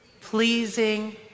pleasing